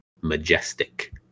Majestic